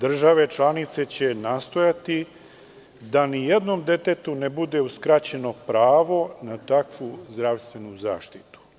Države članice će nastojati da nijednom detetu ne bude uskraćeno pravo na takvu zdravstvenu zaštitu.